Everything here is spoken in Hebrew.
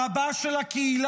הרבה של הקהילה,